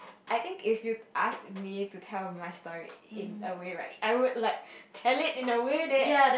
I think if you ask me to tell my story in a way right I would like tell it in a way that